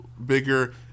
Bigger